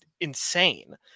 insane